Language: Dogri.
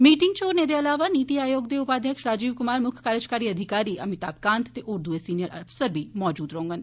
मीटिंग च होरने दे अलावा नीति आयोग दे उपाध्यक्ष राजीव कुमार मुक्ख कारजकारी अधिकारी अमिताम कांत ते दुईए सिनियर अफसर बी मौजूद रौंहडन